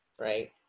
right